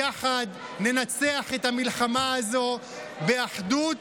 יחד ננצח את המלחמה הזו באחדות,